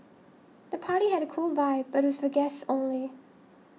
the party had a cool vibe but was for guests only